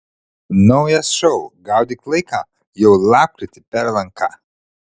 naujas šou gaudyk laiką jau lapkritį per lnk